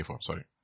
sorry